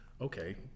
Okay